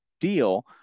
deal